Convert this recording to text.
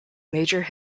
major